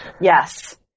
Yes